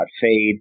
fade